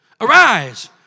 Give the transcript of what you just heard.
Arise